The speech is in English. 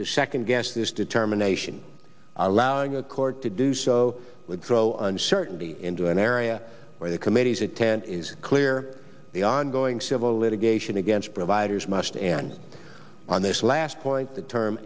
to second guess this determination allowing the court to do so would throw uncertainty into an area where the committee's attend is clear the ongoing civil litigation against providers must and on this last point the term